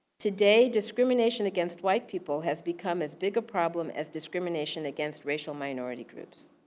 today discrimination against white people has become as big a problem as discrimination against racial minority groups.